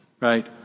Right